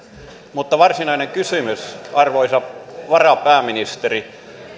mutta varsinainen kysymys arvoisa varapääministeri